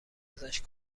ازش